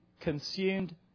consumed